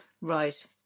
right